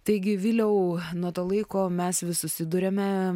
taigi viliau nuo to laiko mes vis susiduriame